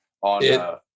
on